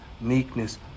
meekness